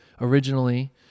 originally